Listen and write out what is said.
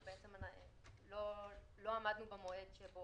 שבעצם לא עמדנו במועד.